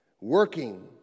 working